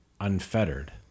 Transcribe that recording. unfettered